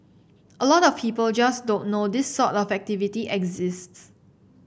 a lot of people just don't know this sort of activity exists